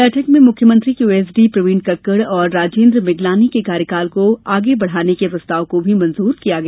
बैठक में मुख्यमंत्री के ओएसडी प्रवीण कक्कड़ और राजेन्द्र मिगलानी के कार्यकाल को आगे बढ़ाने के प्रस्ताव को ही मंजूर किया गया